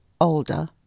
older